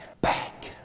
back